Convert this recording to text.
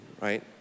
right